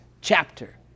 chapter